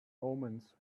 omens